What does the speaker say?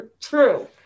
true